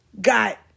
got